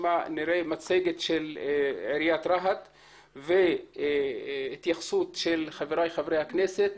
נראה מצגת של עיריית רהט ונשמע התייחסות של חברי חברי הכנסת.